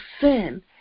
sin